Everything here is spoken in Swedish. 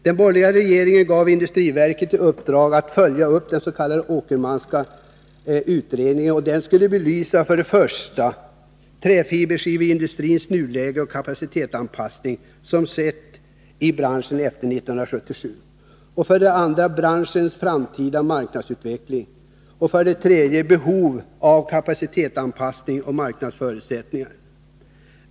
Den borgerliga regeringen gav industriverket i uppdrag att följa upp den s.k. Åkermanska utredningen. Den skulle belysa för det första träfiberskiveindustrins nuläge och den kapacitetsanpassning som skett i branschen efter 1977, för det andra branschens framtida marknadsutveckling och för det tredje behovet av kapacitetsanpassning och en bra marknad.